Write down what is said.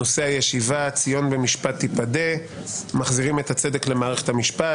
נושא הישיבה: ציון במשפט תיפדה מחזירים את הצדק למערכת המשפט.